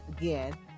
again